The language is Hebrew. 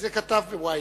מי זה כתב ב-Ynet?